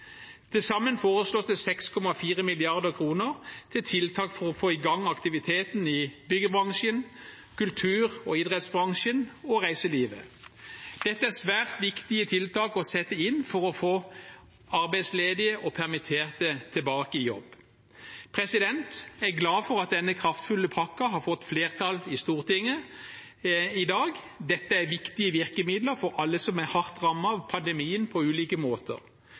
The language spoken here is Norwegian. Til sammen foreslås det 6,4 mrd. kr til tiltak for å få i gang aktiviteten i byggebransjen, i kultur- og idrettsbransjen og i reiselivet. Dette er svært viktige tiltak å sette inn for å få arbeidsledige og permitterte tilbake i jobb. Jeg er glad for at denne kraftfulle pakken vil få flertall i Stortinget i dag. Dette er viktige virkemidler for alle som er hardt rammet av pandemien på ulike måter.